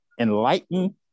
enlighten